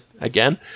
again